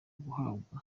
guhabwa